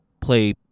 play